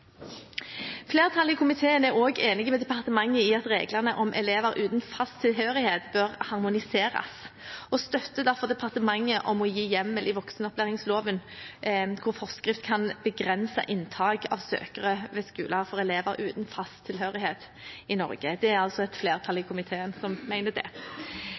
Flertallet i komiteen er også enig med departementet i at reglene om elever uten fast tilhørighet bør harmoniseres, og støtter derfor departementet i å gi hjemmel i voksenopplæringsloven hvor forskrift kan begrense inntak ved skoler av søkere uten fast tilhørighet i Norge. Det er det et flertall i komiteen som mener.